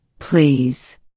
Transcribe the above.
Please